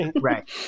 Right